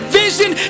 vision